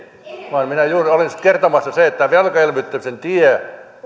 vaan minä juuri olin kertomassa että velkaelvyttämisen tie